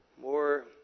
more